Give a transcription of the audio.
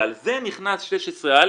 ועל זה נכנס 16א